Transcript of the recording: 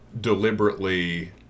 deliberately